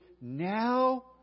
now